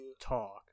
talk